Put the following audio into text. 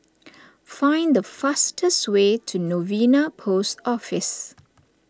find the fastest way to Novena Post Office